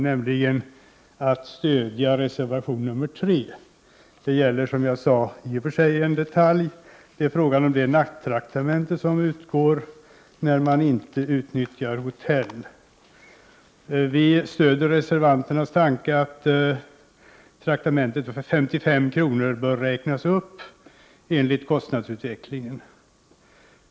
Vi vill nämligen stödja reservation 3. Det gäller det nattraktamente som utgår när man inte utnyttjar hotell. Vi stöder reservanternas tanke att traktamentet på 55 kr. bör räknas upp till överensstämmelse med kostnadsutvecklingen.